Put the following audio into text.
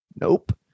Nope